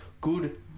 good